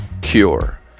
Cure